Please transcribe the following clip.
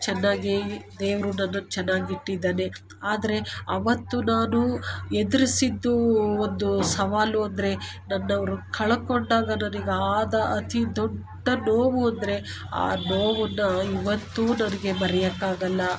ಚೆನ್ನಾಗಿ ದೇವರು ನನ್ನನ್ನು ಚೆನ್ನಾಗಿ ಇಟ್ಟಿದ್ದಾನೆ ಆದರೆ ಅವತ್ತು ನಾನು ಎದುರಿಸಿದ್ದು ಒಂದು ಸವಾಲು ಅಂದರೆ ನನ್ನವರು ಕಳಕೊಂಡಾಗ ನನಗ್ ಆದ ಅತಿ ದೊಡ್ಡ ನೋವು ಅಂದರೆ ಆ ನೋವನ್ನ ಇವತ್ತು ನನಗೆ ಮರಿಯೋಕ್ ಆಗಲ್ಲ